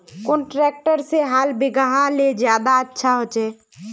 कुन ट्रैक्टर से हाल बिगहा ले ज्यादा अच्छा होचए?